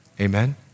Amen